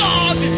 God